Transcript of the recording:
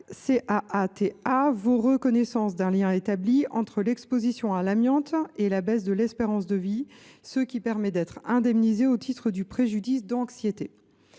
Caata vaut reconnaissance d’un lien établi entre l’exposition à l’amiante et la baisse de l’espérance de vie, ce qui permet d’être indemnisé au titre du préjudice d’anxiété.